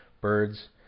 birds